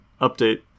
Update